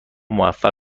موفق